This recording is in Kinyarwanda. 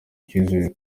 icyizere